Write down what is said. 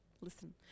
listen